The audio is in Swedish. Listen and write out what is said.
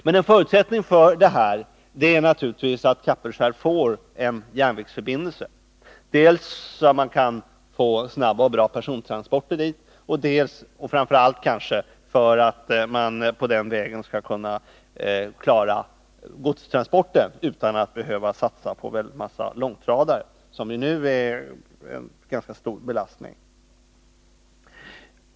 Men en förutsättning för detta är naturligtvis att Kapellskär får en järnvägsförbindelse, dels för snabba och bra persontransporter dit, dels och kanske framför allt för att på den vägen klara godstransporter utan att behöva satsa på många långtradare, som ju nu är en ganska stor belastning.